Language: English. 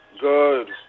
good